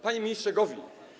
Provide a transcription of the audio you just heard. Panie Ministrze Gowin!